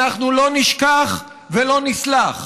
אנחנו לא נשכח ולא נסלח.